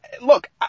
Look